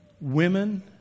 Women